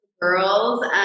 girls